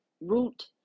root